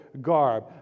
garb